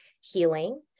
healing